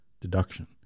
deduction